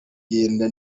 biragenda